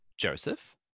Joseph